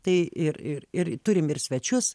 tai ir ir ir turim ir svečius